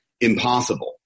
impossible